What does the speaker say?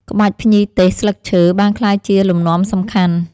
ក្បាច់ភ្ញីទេស (ស្លឹកឈើ) បានក្លាយជាលំនាំសំខាន់។